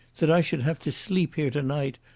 that i should have to sleep here to-night!